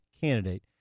candidate